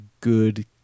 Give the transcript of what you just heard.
good